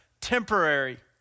temporary